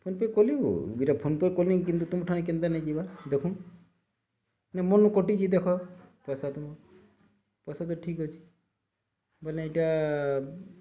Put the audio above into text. PhonePe କଲି ଗୋ ଏଟା ଫୋନ୍ପେ କଲି କିନ୍ତୁ ତମଠାରେ କେନ୍ତା ନାଇଁ ଯିବା ଦେଖନ୍ ନାଇଁ ମୋର୍ନୁ କଟିଛି ଦେଖ ପଇସା ତ ପଇସା ତ ଠିକ୍ ଅଛି ବୋଲେ ଏଇଟା